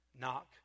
Knock